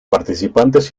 participantes